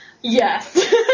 Yes